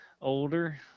older